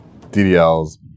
ddl's